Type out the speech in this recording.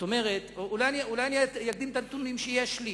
אולי אני אתן את הנתונים שיש לי.